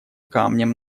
камнем